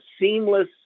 seamless